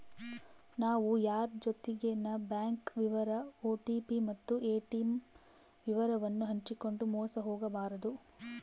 ನಾವು ಯಾರ್ ಜೊತಿಗೆನ ಬ್ಯಾಂಕ್ ವಿವರ ಓ.ಟಿ.ಪಿ ಮತ್ತು ಏ.ಟಿ.ಮ್ ವಿವರವನ್ನು ಹಂಚಿಕಂಡು ಮೋಸ ಹೋಗಬಾರದು